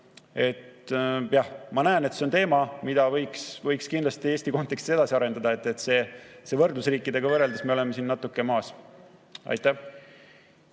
ma näen, et see on teema, mida võiks kindlasti Eesti kontekstis edasi arendada, sest võrdlusriikidega võrreldes me oleme siin natuke maas. Aitäh!